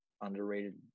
underrated